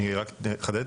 אני רק אחדד.